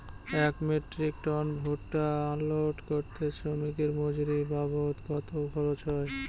এক metric ton ভুট্টা unload করতে শ্রমিকের মজুরি বাবদ কত খরচ হয়?